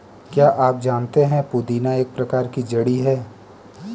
क्या आप जानते है पुदीना एक प्रकार की जड़ी है